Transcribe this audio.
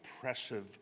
oppressive